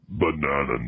banana